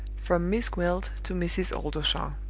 from miss gwilt to mrs. oldershaw.